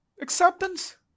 acceptance